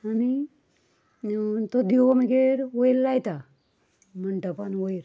आनी तो दिवो मागीर वयर लायता मंडपान वयर